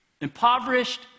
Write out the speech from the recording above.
impoverished